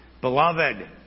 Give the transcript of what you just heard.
Beloved